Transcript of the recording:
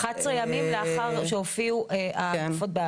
11 ימים לאחר שהופיעו הגופות.